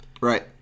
Right